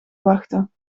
wachten